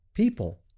people